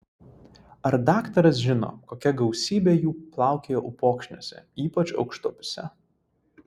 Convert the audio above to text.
ar daktaras žino kokia gausybė jų plaukioja upokšniuose ypač aukštupiuose